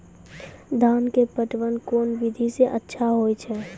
धान के पटवन कोन विधि सै अच्छा होय छै?